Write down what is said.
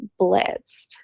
blitzed